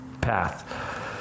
path